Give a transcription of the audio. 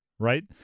right